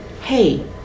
hey